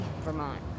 Vermont